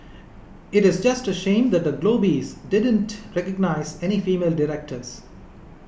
it is just a shame that the Globes didn't recognise any female directors